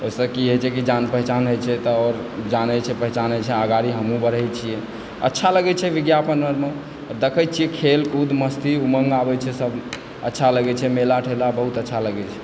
ओइसँ की होइ छै कि जान पहिचान होइ छै तऽ सब जानै छै पहिचानै छै तऽ हमहुँ अगाड़ी बढ़ै छी अच्छा लगै छै विज्ञापन आरमे देखै छी खेल कूद मस्ती उमङ्ग आबै छै सब अच्छा लागै छै मेला ठेला बहुत अच्छा लागै छै